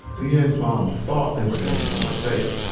le-ann's mom thought they were heading somewhere safe.